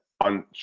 on